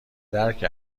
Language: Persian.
درک